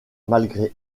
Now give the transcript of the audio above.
malgré